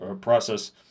process